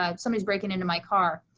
um something's breaking into my car,